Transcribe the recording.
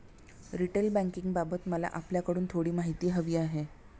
retail बँकिंगबाबत मला आपल्याकडून थोडी माहिती हवी आहे